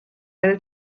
eine